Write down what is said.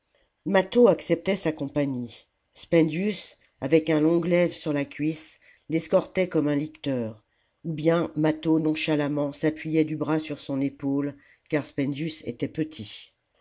mâtfîo acceptait sa compagnie spendius avec un long glaive sur la cuisse l'escortait comme un licteur ou bien mâtho nonchalamment s'appuyait du bras sur son épaule car spendius était petit